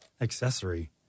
accessory